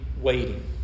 waiting